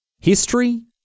History